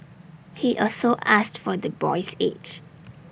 he also asked for the boy's age